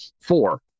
four